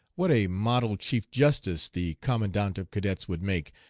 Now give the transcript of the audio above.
what a model chief justice the commandant of cadets would make,